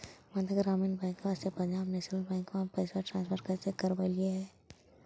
मध्य ग्रामीण बैंकवा से पंजाब नेशनल बैंकवा मे पैसवा ट्रांसफर कैसे करवैलीऐ हे?